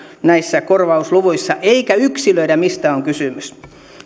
näissä korvausluvuissa eikä yksilöidä mistä on kysymys